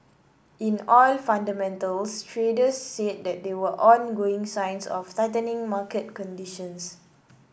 in oil fundamentals traders said that there were ongoing signs of tightening market conditions